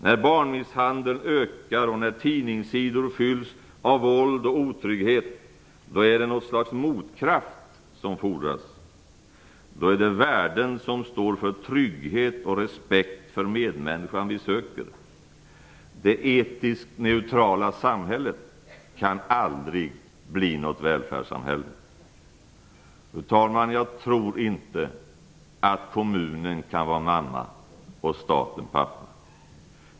När barnmisshandeln ökar och när tidningssidor fylls av våld och otrygghet, då är det något slags motkraft som fordras. Då är det de värden som står för trygghet och respekt för medmänniskan vi söker. Det etiskt neutrala samhället kan aldrig bli något välfärdssamhälle. Fru talman! Jag tror inte att kommunen kan vara mamma och staten pappa.